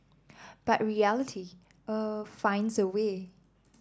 but reality uh finds a way